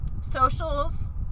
socials